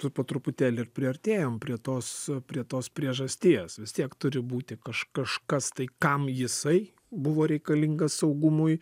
tu po truputėlį ir priartėjom prie tos prie tos priežasties vis tiek turi būti kaž kažkastai kam jisai buvo reikalingas saugumui